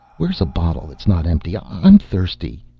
where's a bottle that's not empty? i'm thirsty